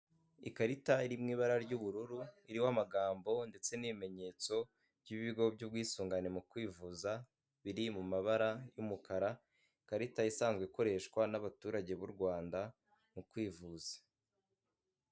Ikarita iri mu ibara ry'ubururu iriho amagambo ndetse n'ibimenyetso by'ibigo by'ubwisungane mu kwivuza biri mu mabara y'umukara, ikarita isanzwe ikoreshwa n'abaturage b'u Rwanda mu kwivuza.